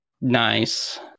nice